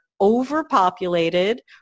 overpopulated